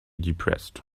depressed